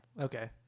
Okay